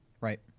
Right